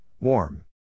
warm